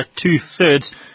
two-thirds